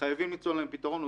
חייבים למצוא להם פתרון.